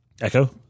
Echo